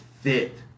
fit